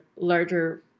larger